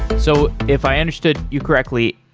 so, if i understood you correctly,